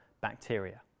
bacteria